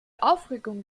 aufregung